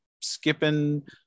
skipping